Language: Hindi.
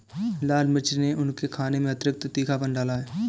लाल मिर्च ने उनके खाने में अतिरिक्त तीखापन डाला है